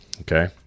Okay